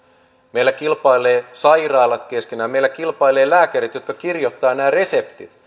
meillä kilpailevat sairaalat keskenään meillä kilpailevat lääkärit jotka kirjoittavat nämä reseptit ja